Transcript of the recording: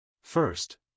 First